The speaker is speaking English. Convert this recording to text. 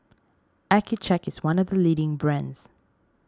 Accucheck is one of the leading brands